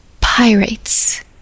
Pirates